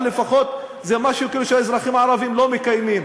אבל לפחות זה משהו שכאילו האזרחים הערבים לא מקיימים,